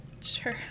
Sure